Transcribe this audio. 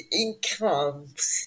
incomes